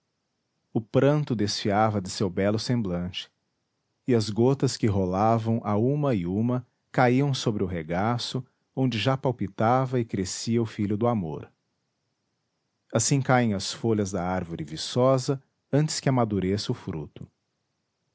o pranto desfiava de seu belo semblante e as gotas que rolavam a uma e uma caíam sobre o regaço onde já palpitava e crescia o filho do amor assim caem as folhas da árvore viçosa antes que amadureça o fruto